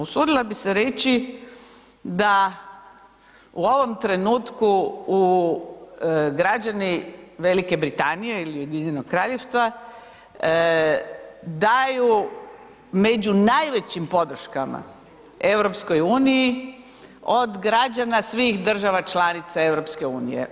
Usudila bi se reći da u ovom trenutku građani Velike Britanije ili Ujedinjenog Kraljevstva daju među najvećim podrškama EU-u od građana svih država članica EU-a.